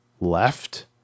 left